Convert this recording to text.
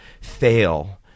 fail